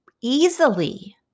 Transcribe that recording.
easily